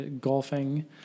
golfing